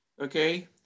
okay